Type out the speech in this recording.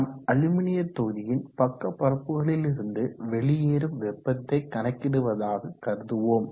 நாம் அலுமினிய தொகுதியின் பக்க பரப்புகளிலிருந்து வெளியேறும் வெப்பத்தை கணக்கிடுவதாக கருதுவோம்